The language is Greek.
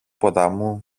ποταμού